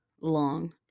long